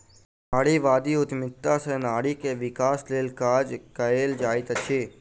नारीवादी उद्यमिता सॅ नारी के विकासक लेल काज कएल जाइत अछि